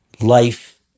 life